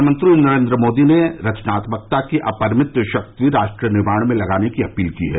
प्रधानमंत्री नरेन्द्र मोदी ने रचनात्मकता की अपरमित शक्ति राष्ट्र निर्माण में लगाने की अपील की है